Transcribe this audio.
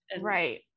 Right